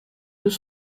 deux